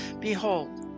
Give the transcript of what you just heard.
Behold